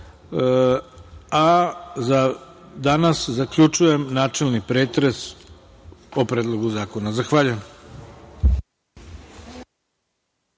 a za danas zaključujem načelni pretres o Predlogu zakona. Zahvaljujem.